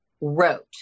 wrote